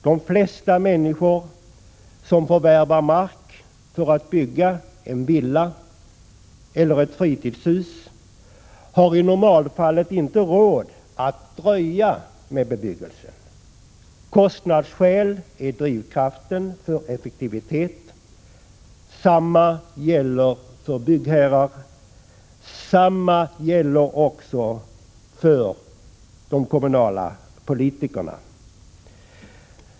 De flesta människor som förvärvar mark för att bygga en villa eller ett fritidshus har i normalfallet inte råd att dröja med att bebygga marken. Kostnadsskäl är drivkraften för effektivitet. Detsamma gäller för byggherrar och detsamma gäller också för de kommunala politikerna.